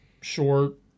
short